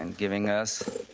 and giving us